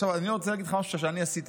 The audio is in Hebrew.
עכשיו, אני רוצה להגיד לך משהו שאני עשיתי.